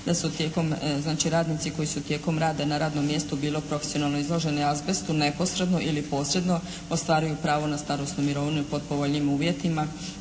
Da su tijekom, znači radnici koji su tijekom rada na radnom mjestu bilo profesionalno izloženi azbestu neposredno ili posredno ostvaruju pravo na starosnu mirovinu pod povoljnijim uvjetima